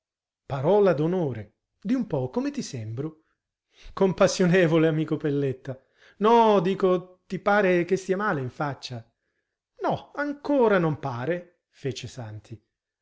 credo parola d'onore di un po come ti sembro compassionevole amico pelletta no dico ti pare che stia male in faccia no ancora non pare fece santi